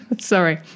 Sorry